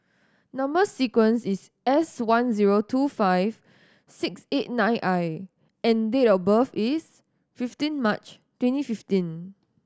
number sequence is S one zero two five six eight nine I and date of birth is fifteen March twenty fifteen